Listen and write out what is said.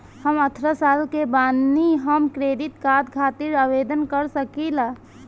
हम अठारह साल के बानी हम क्रेडिट कार्ड खातिर आवेदन कर सकीला?